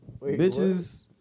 Bitches